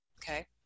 Okay